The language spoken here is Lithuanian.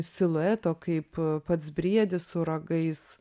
silueto kaip pats briedis su ragais